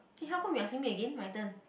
eh how come you asking me again my turn